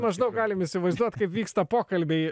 maždaug galim įsivaizduot kaip vyksta pokalbiai